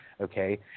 Okay